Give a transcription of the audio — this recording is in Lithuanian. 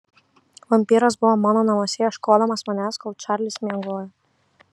vampyras buvo mano namuose ieškodamas manęs kol čarlis miegojo